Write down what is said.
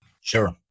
Sure